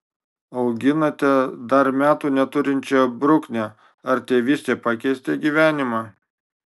auginate dar metų neturinčią bruknę ar tėvystė pakeitė gyvenimą